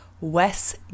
Wes